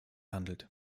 handelt